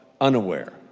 unaware